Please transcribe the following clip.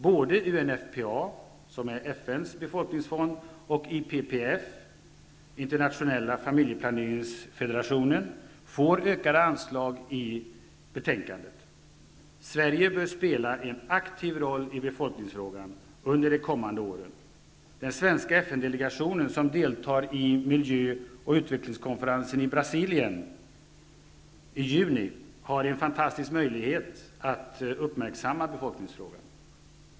Både UNFPA, som är FN:s befolkningsfond, och IPPF, Internationella familjeplaneringsfederationen, föreslås få ökade anslag. Sverige bör spela en aktiv roll i befolkningsfrågan under de kommande åren. Den svenska FN-delegationen, som deltar i miljöoch utvecklingskonferensen i Brasilien i juni, har en fantastisk möjlighet att uppmärksamma befolkningsfrågan.